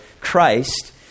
Christ